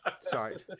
Sorry